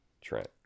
Trent